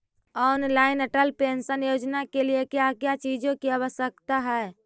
Online Atal pension Yojana के लिए क्या क्या चीजों की आवश्यकता है?